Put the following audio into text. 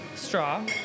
Straw